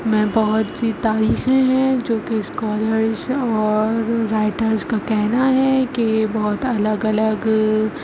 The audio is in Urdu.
میں بہت سی تاریخیں ہیں جو کہ اسکالرس اور رائٹرس کا کہنا ہے کہ بہت الگ الگ